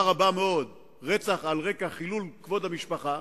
רבה מאוד "רצח על רקע חילול כבוד המשפחה",